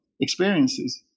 experiences